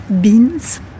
beans